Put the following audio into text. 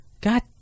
God